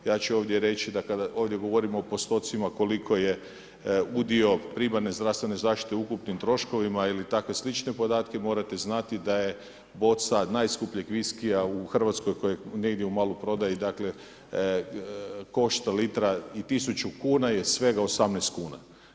Ja ću ovdje reći da kada ovdje govorimo o postocima koliko je udio primarne zdravstvene zaštite u ukupnim troškovima ili takve slične podatke, morate znati da je boca najskupljeg viskija u RH kojeg negdje u maloprodaji, dakle, košta litra i tisuću kuna je svega 18 kuna.